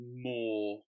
more